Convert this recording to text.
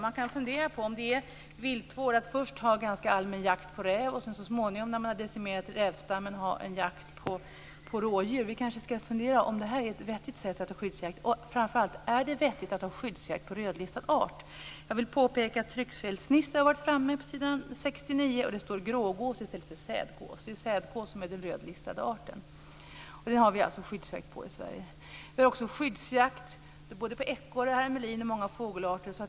Man kan fundera på om det är viltvård att först ha en ganska allmän jakt på räv och sedan så småningom när man har decimerat rävstammen ha jakt på rådjur. Och framför allt: Är det vettigt att ha skyddsjakt på en rödlistad art? Jag vill påpeka att tryckfelsnisse har varit framme på s. 69. Det står grågås i stället för sädgås. Det är sädgås som är den rödlistade arten. Den har vi alltså skyddsjakt på i Sverige.